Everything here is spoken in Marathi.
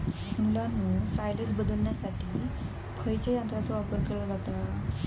मुलांनो सायलेज बदलण्यासाठी खयच्या यंत्राचो वापर केलो जाता?